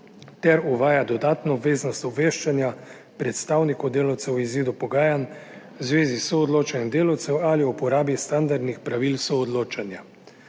ter uvaja dodatno obveznost obveščanja predstavnikov delavcev o izidu pogajanj v zvezi s soodločanjem delavcev ali o uporabi standardnih pravil soodločanja.